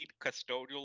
custodial